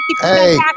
Hey